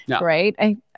right